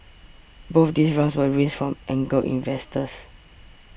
both these rounds were raised from angel investors